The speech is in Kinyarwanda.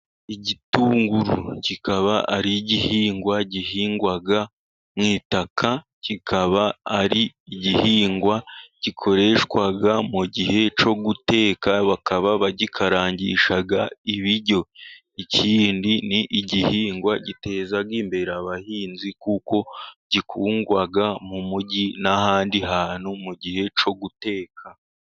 Igitunguru kikaba ari igihingwa gihingwa mu itaka, kikaba ari igihingwa gikoreshwa mu gihe cyo guteka, bakaba bagikarangisha ibiryo, ikindi ni igihingwa giteza imbere abahinzi kuko gikundwa mu mugi n'ahandi hantu mu gihe cyo guteka.